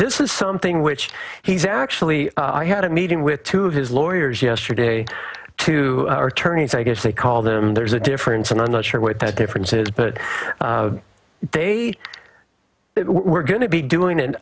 this is something which he's actually i had a meeting with two of his lawyers yesterday to our attorneys i guess they call them there's a difference and i'm not sure what that difference is but they are we're going to be doing and